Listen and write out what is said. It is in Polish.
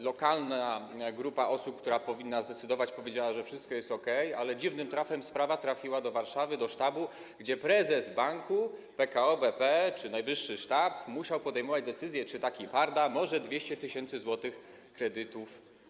Lokalna grupa osób, która powinna zdecydować, powiedziała, że wszystko jest okej, ale dziwnym trafem sprawa trafiła do Warszawy, do sztabu, gdzie prezes banku PKO BP czy najwyższy sztab musiał podejmować decyzję, czy taki Parda może dostać 200 tys. zł kredytu.